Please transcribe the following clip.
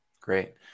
Great